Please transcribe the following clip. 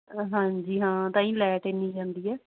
ਹਾਂਜੀ ਹਾਂ ਤਾਂ ਹੀ ਲੈਟ ਇੰਨੀ ਜਾਂਦੀ ਹੈ